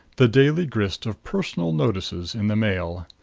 the daily grist of personal notices in the mail.